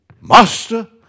Master